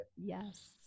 Yes